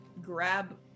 grab